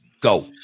Go